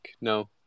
no